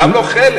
גם לא חלק.